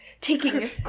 taking